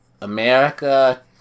America